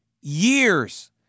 years